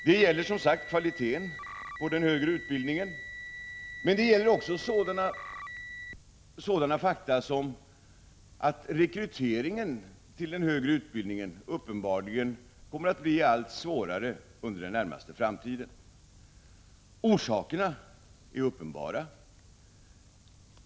Det gäller som sagt kvaliteten på den högre utbildningen men också sådana fakta som att rekryteringen till den högre utbildningen uppenbarligen kommer att bli allt svårare under den närmaste framtiden. Orsakerna är uppenbara.